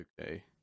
Okay